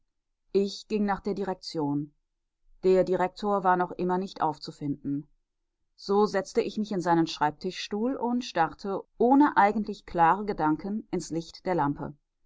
ich ging nach der direktion der direktor war noch immer nicht aufzufinden so setzte ich mich in seinen schreibtischstuhl und starrte ohne eigentlich klare gedanken ins licht der lampe